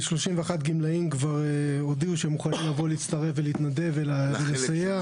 31 גמלאים כבר הודיעו שהם מוכנים לבוא להצטרף ולהתנדב ולסייע.